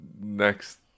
next